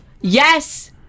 yes